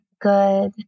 good